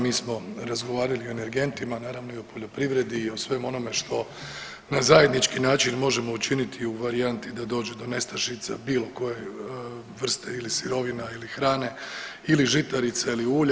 Mi smo razgovarali o energentima, naravno i o poljoprivredi i o svemu onome što na zajednički način možemo učiniti u varijanti da dođe do nestašica bilo koje vrste ili sirovina ili hrane ili žitarica ili ulja.